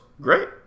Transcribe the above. Great